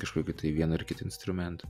kažkokio tai vieno ar kito instrumento